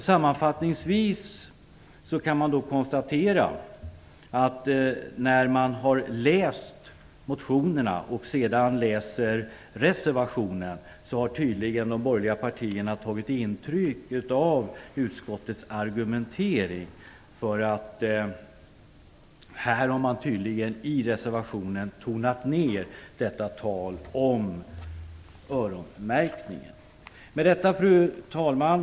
Sammanfattningsvis går det att konstatera att det framgår av motionerna och reservationerna att de borgerliga partierna har tagit intryck av utskottets argumentering. I reservationen har talet om öronmärkning tonats ned. Fru talman!